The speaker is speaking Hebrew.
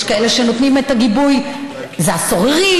יש כאלה שנותנים את הגיבוי: זה הסוררים,